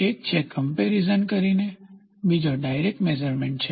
એક છે કમ્પેરીઝન કરીને બીજો ડાયરેક્ટ મેઝરમેન્ટ છે